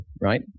right